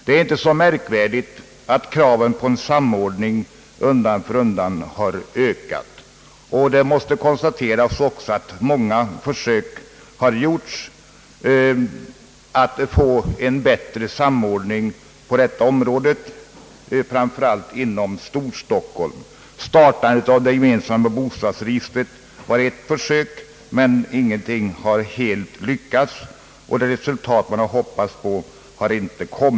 Det är inte så märkvärdigt att kraven på samordning undan för undan har ökat. Det måste också konstateras att många försök gjorts att nå en bättre samordning på detta område, framför allt inom Storstockholm. Startandet av det gemensamma bostadsregistret var ett försök. Men ingenting har helt lyckats, och det resultat man hoppats på har inte nåtts.